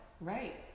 Right